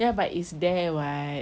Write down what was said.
ya but it's there [what]